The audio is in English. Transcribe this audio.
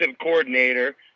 coordinator –